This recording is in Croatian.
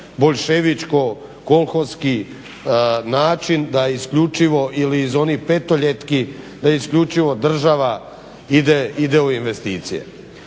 boljševičko-kolhonski način da isključivo ili iz onih petoljetki da isključivo država ide u investicije.